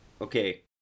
okay